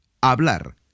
Hablar